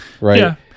right